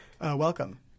Welcome